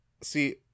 See